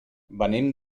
venim